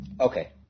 Okay